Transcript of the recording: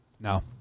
No